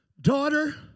daughter